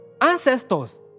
ancestors